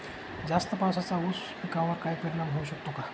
जास्त पावसाचा ऊस पिकावर काय परिणाम होऊ शकतो?